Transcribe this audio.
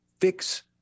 fix